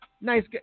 Nice